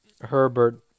Herbert